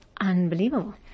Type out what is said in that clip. unbelievable